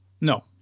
No